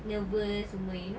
nervous semua you know